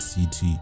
CT